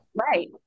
Right